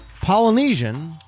Polynesian